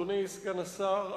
אדוני סגן השר,